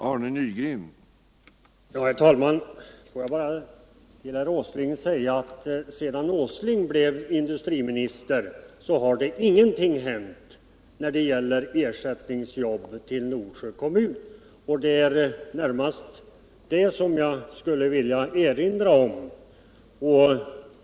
Herr talman! Får jag bara säga att sedan herr Åsling blev industriminister har ingenting hänt när det gäller ersättningsjobb till Norsjö kommun. Det är närmast detta jag skulle vilja erinra om.